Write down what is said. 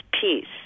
peace